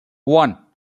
one